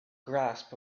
grasp